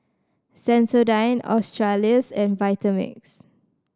Sensodyne Australis and Vitamix